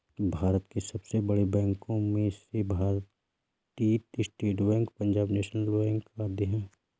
भारत के सबसे बड़े बैंको में से Bharatiya State Bank, Punjab National Bank आदि है